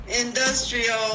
industrial